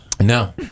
no